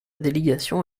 délégation